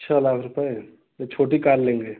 छः लाख रुपये तो छोटी कार लेंगे